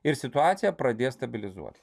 ir situacija pradės stabilizuotis